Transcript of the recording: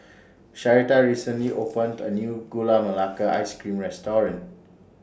Sharita recently opened A New Gula Melaka Ice Cream Restaurant